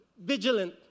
vigilant